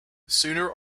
sooner